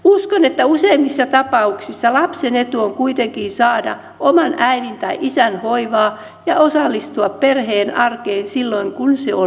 uskon että useimmissa tapauksissa lapsen etu on kuitenkin saada oman äidin tai isän hoivaa ja osallistua perheen arkeen silloin kun se on mahdollista